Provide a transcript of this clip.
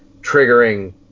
triggering